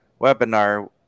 webinar